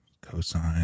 cosine